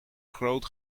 groot